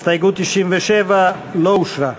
הסתייגות 96 לא אושרה.